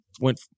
went